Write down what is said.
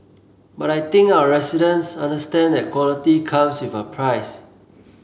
but I think our residents understand that quality comes with a price